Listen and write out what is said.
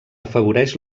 afavoreix